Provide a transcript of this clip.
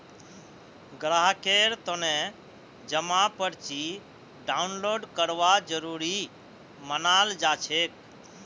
ग्राहकेर तने जमा पर्ची डाउनलोड करवा जरूरी मनाल जाछेक